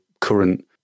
current